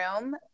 room